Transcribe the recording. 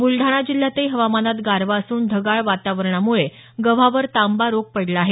बुलडाणा जिल्ह्यातही हवामानात गारवा असून ढगाळ वातावरणामुळे गव्हावर तांबा रोग पडला आहे